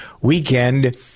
weekend